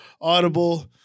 Audible